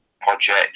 project